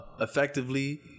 effectively